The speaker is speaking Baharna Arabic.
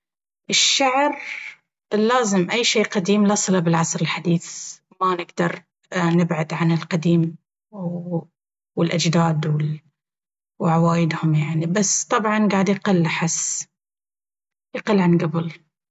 الشعر... لازم أي شي قديم لله صلة بالعصر الحديث... ما نقدر نبعد عن القديم والأجداد وعوايدهم يعني بس طبعا قاعد يقل أحس... يقل عن قبل